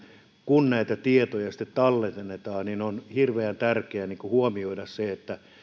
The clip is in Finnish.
kun näitä tietoja sitten tallennetaan on hirveän tärkeää huomioida se